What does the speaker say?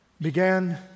began